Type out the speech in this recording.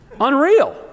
unreal